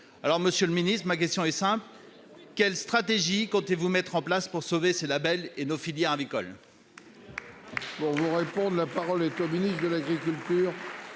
Alors, monsieur le ministre, ma question est simple : quelle stratégie comptez-vous mettre en place pour sauver ces labels et nos filières avicoles ?